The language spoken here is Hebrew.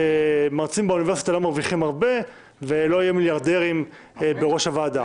שמרצים באוניברסיטה לא מרוויחים הרבה ולא יהיו מיליארדרים בראש הוועדה.